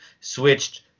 switched